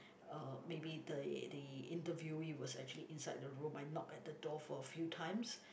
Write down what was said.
uh maybe the the interviewee was actually inside the room I knocked at the door for a few times